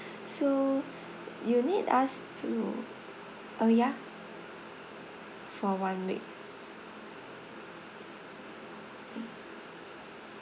so you need us to oh yeah for one week